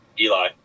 Eli